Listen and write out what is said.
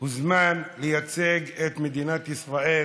הוזמן לייצג את מדינת ישראל